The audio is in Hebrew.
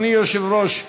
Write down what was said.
ברשות יושב-ראש הישיבה,